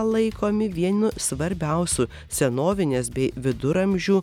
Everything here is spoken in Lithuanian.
laikomi vienu svarbiausiu senovinės bei viduramžių